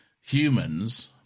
humans